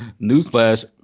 Newsflash